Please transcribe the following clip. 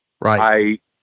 Right